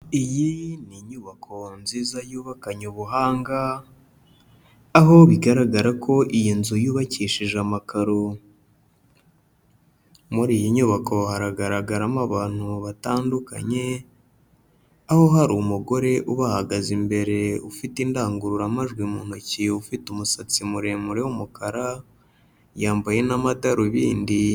Iyi ni inyubako nziza yubakanye ubuhanga, aho bigaragara ko iyi nzu yubakishije amakaro; muri iyi nyubako haragaragaramo abantu batandukanye, aho hari umugore ubahagaze imbere ufite indangururamajwi mu ntoki, ufite umusatsi muremure w'umukara yambaye n'amadarubindi.